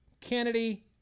Kennedy